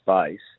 space